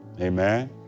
Amen